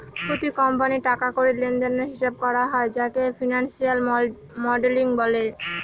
প্রতি কোম্পানির টাকা কড়ি লেনদেনের হিসাব করা হয় যাকে ফিনান্সিয়াল মডেলিং বলে